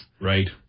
Right